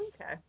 Okay